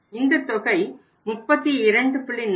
இந்த தொகை 32